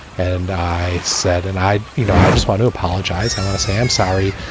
and i said and i you know, i just want to apologize. i want to say i'm sorry.